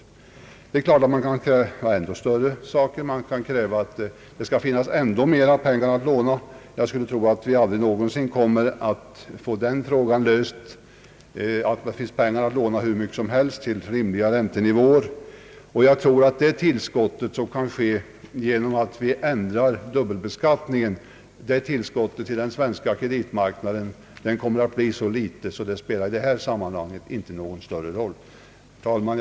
Det är klart att man kan vilja ha ännu mer. Man kan kräva att det skall finnas ändå mer pengar att låna. Jag tror att vi aldrig någonsin kommer att kunna låna ut så mycket pengar som Önskas, till rimliga räntor. Jag tror att det tillskott den svenska kreditmarknaden skulle få genom att vi ändrar dubbelbeskattningen bleve så litet att det inte spelar någon större roll i detta sammanhang. Herr talman!